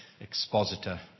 expositor